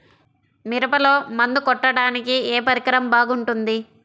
మిరపలో మందు కొట్టాడానికి ఏ పరికరం బాగుంటుంది?